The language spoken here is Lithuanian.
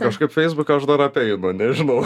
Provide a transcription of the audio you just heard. kažkaip feisbuką aš dar apeinu nežinau